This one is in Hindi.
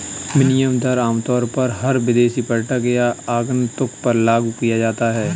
विनिमय दर आमतौर पर हर विदेशी पर्यटक या आगन्तुक पर लागू किया जाता है